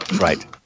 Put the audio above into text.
Right